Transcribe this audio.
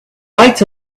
lights